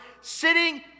Sitting